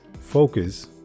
focus